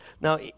Now